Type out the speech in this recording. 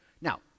Now